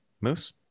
Moose